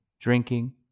drinking